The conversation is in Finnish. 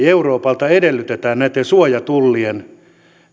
euroopalta edellytetään näitten suojatullien